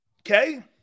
Okay